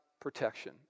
protection